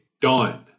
done